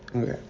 Okay